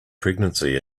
pregnancy